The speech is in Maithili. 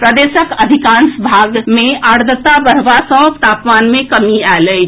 प्रदेशक अधिकांश भाग ने आर्द्रता बढ़वा सँ तापमान मे कमी आएल अछि